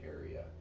area